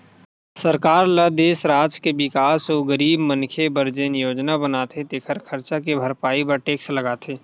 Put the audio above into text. सरकार ल देस, राज के बिकास अउ गरीब मनखे बर जेन योजना बनाथे तेखर खरचा के भरपाई बर टेक्स लगाथे